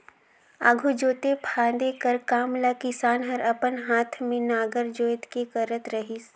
आघु जोते फादे कर काम ल किसान हर अपन हाथे मे नांगर जोएत के करत रहिस